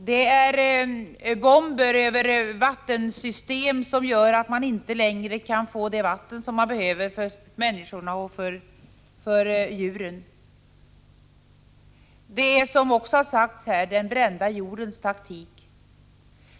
Det är bomber över vattensystem, som gör att man inte längre kan få vatten för människor och djur. Det är, som också har sagts här, den brända jordens taktik.